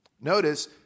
Notice